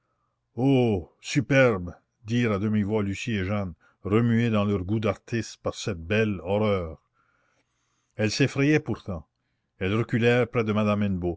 oh superbe dirent à demi-voix lucie et jeanne remuées dans leur goût d'artistes par cette belle horreur elles s'effrayaient pourtant elles reculèrent près de madame